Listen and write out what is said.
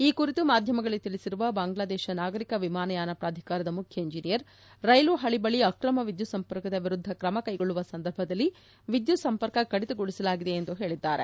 ಈ ಕುರಿತು ಮಾಧ್ಯಮಗಳಿಗೆ ತಿಳಿಸಿರುವ ಬಾಂಗ್ಲಾದೇಶ ನಾಗರಿಕ ವಿಮಾನಯಾನ ಪ್ರಾಧಿಕಾರದ ಮುಖ್ಯ ಎಂಜಿನಿಯರ್ ರೈಲು ಹಳ ಬಳಿ ಆಕ್ರಮ ವಿದ್ಯುತ್ ಸಂಪರ್ಕದ ವಿರುದ್ಧ ತ್ರಮ ಕೈಗೊಳ್ಳುವ ಸಂದರ್ಭದಲ್ಲಿ ವಿದ್ಯುತ್ ಸಂಪರ್ಕ ಕಡಿತಗೊಳಿಸಲಾಗಿದೆ ಎಂದು ಹೇಳಿದ್ದಾರೆ